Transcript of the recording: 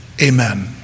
Amen